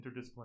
interdisciplinary